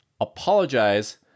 Apologize